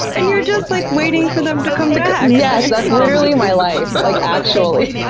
and you're just like waiting for them to come back! yes, that's literally my life, but like actually.